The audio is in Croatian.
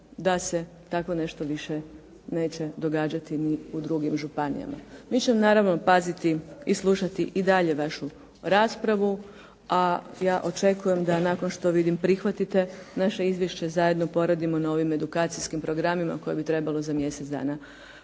da se tako nešto više neće događati ni u drugim županijama. Mi ćemo naravno paziti i slušati i dalje vašu raspravu, a ja očekujem da nakon što vidim, prihvatite naše izvješće zajedno poradimo na ovim edukacijskim programima koje bi trebalo za mjesec dana